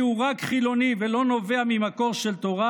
הוא רק חילוני ולא נובע ממקור של תורה,